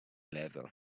level